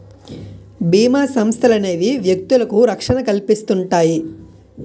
బీమా సంస్థలనేవి వ్యక్తులకు రక్షణ కల్పిస్తుంటాయి